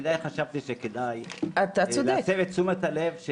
חשבתי שכדאי להסב את תשומת הלב,